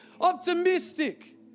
optimistic